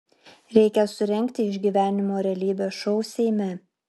reikia surengti išgyvenimo realybės šou seime